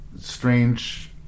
strange